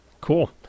Cool